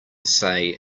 say